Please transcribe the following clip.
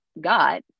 got